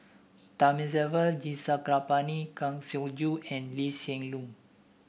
Thamizhavel G Sarangapani Kang Siong Joo and Lee Hsien Loong